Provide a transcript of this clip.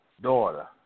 daughter